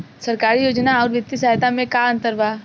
सरकारी योजना आउर वित्तीय सहायता के में का अंतर बा?